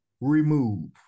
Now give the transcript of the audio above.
Remove